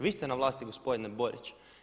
Vi ste na vlasti gospodine Borić.